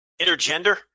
intergender